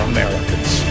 Americans